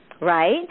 Right